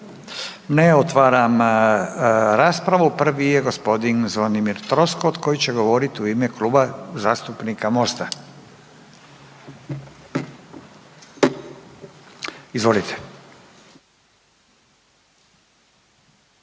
Ne. Otvaram raspravu. Prvi je gospodin Zvonimir Troskot koji će govoriti u ime Kluba zastupnika Mosta. Izvolite.